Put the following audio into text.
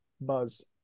Buzz